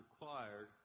required